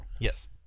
Yes